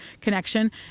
connection